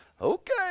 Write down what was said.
Okay